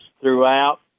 throughout